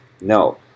No